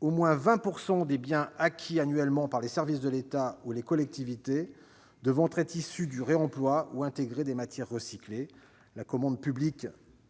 au moins 20 % des biens acquis annuellement par les services de l'État ou par les collectivités territoriales devront être issus du réemploi ou intégrer des matières recyclées. La commande publique